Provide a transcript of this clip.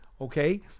okay